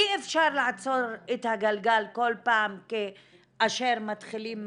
אי אפשר לעצור את הגלגל כל פעם כאשר מתחילים.